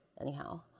anyhow